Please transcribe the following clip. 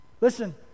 Listen